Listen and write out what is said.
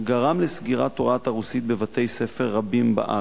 גרם לסגירת הוראת הרוסית בבתי-ספר רבים בארץ.